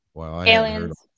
Aliens